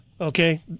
Okay